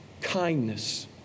kindness